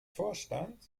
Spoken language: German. vorstand